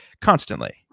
constantly